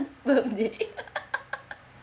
no need